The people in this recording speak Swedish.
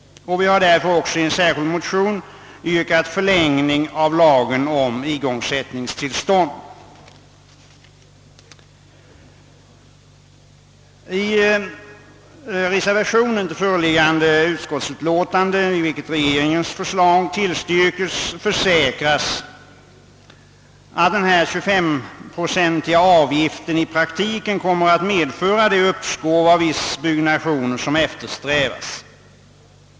Vi har därför också i en särskild motion yrkat förlängning av lagen om igångsättningstillstånd. I reservationen till föreliggande utskottsutlåtande, som tillstyrker regeringens förslag, försäkras att ifrågavarande avgift på 25 procent i praktiken kommer att medföra det uppskov med viss byggnation som eftersträvas.